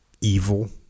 evil